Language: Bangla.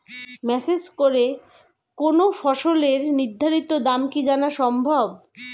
মেসেজ করে কোন ফসলের নির্ধারিত দাম কি জানা সম্ভব?